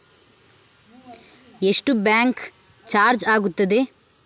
ಎಷ್ಟು bank charge ಆಗುತ್ತದೆ?